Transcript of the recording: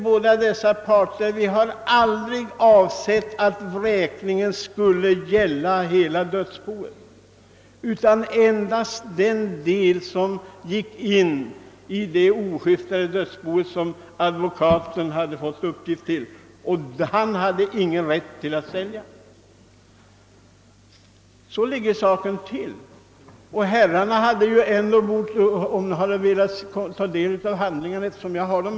Båda dessa parter påstår då att de aldrig avsett att vräkningen skulle gälla hela dödsboet utan endast den del som ingick i Kerstin Löfs oskiftade dödsbo från 1958 som advokaten fått i uppgift att skifta men i detta ingick ej det oskiftade dödsboet från 1915. Så ligger saken till. Eftersom jag har handlingarna med mig, kan herrarna få ta del av dem.